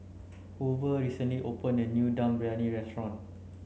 Hoover recently opened a new Dum Briyani restaurant